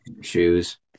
Shoes